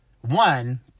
one